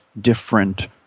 different